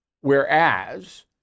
whereas